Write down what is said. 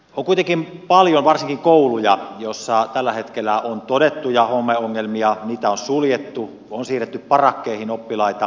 on kuitenkin paljon varsinkin kouluja joissa tällä hetkellä on todettuja homeongelmia niitä on suljettu on siirretty parakkeihin oppilaita